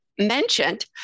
Mentioned